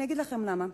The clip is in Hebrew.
אגיד לכם למה.